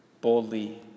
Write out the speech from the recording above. boldly